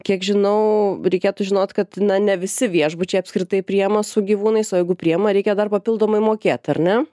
kiek žinau reikėtų žinot kad ne visi viešbučiai apskritai priima su gyvūnais o jeigu priima reikia dar papildomai mokėt ar ne